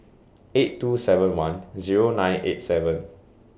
eight two seven one Zero nine eight seven